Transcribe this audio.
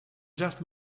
just